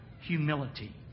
humility